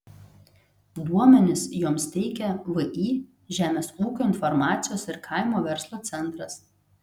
duomenis joms teikia vį žemės ūkio informacijos ir kaimo verslo centras